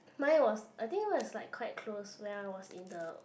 mine was I think it was like quite close when I was in the